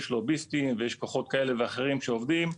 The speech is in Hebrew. יש כוחות כאלה ואחרים שעובדים,